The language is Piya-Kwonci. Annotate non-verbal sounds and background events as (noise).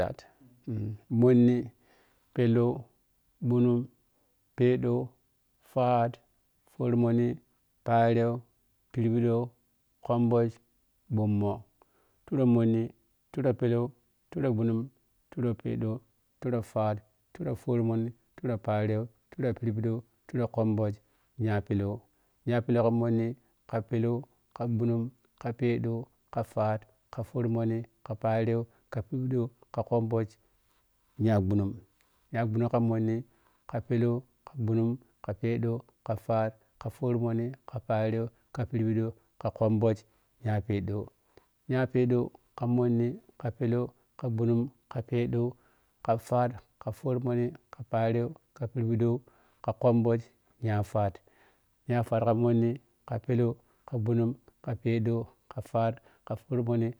(unintelligible) mhonnil pheɛlɔw ɓhunug phɛɛɗɔ faat foromhonni pharyelɔw piroiɗɔw khumɓhuk ɓuummoh turo mhonni tiru pɛɛlow turure ɓhunugh turo pɛɛɗow turu faat tura forommohni tura phayehɔw turo phirɓiɗow turo khumɓhule nya pɛɛw nyapɛɛlow ka mhonni ka pɛɛloȝ ka ɓhunugh ka pɛɛɗow ka faat ka furomohni ka phayero phinɓidɔw ka khumɓk nya ɓuunugy nya ɓhunugh ka mhonni ka pɛɛlow ka ɓhunug ka pɛɛɗaw ka faat ka foromhonni ka phayerɔw ka phirɓiɗow ka khumbhugy nya pɛɛɗow nya pɛɛɗɔw ka muonni ka phellɛw ka bhunug ka phɛɛɗɔw ka faat ka forohmhonni ka payerow ka phirɓiɗo ka khumbhug nya faat nya faar ka mhonni ka pɛɛlow ka faar ka foromhonni.